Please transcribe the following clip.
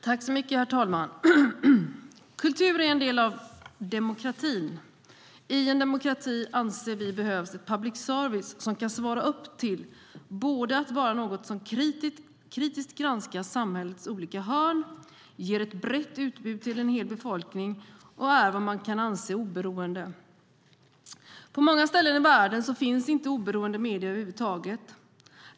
Herr talman! Kultur är en del av demokratin. I en demokrati anser vi att det behövs en public service som kan svara upp till att vara något som kritiskt granskar samhällets olika hörn, ger ett brett utbud till en hel befolkning och som är vad man kan anse oberoende. På många ställen i världen finns det inte oberoende medier över huvud taget.